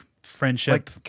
Friendship